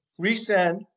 resend